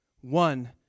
One